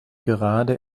gerade